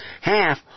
Half